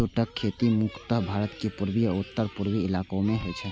जूटक खेती मुख्यतः भारतक पूर्वी आ उत्तर पूर्वी इलाका मे होइ छै